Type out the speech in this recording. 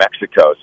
Mexico